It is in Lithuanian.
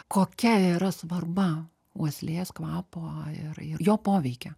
kokia yra svarba uoslės kvapo ir ir jo poveikio